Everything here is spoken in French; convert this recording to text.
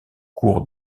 cours